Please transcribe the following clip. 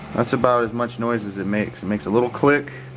that's about as much noise as it makes. it makes a little click.